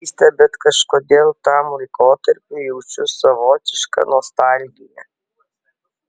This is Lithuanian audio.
keista bet kažkodėl tam laikotarpiui jaučiu savotišką nostalgiją